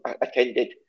attended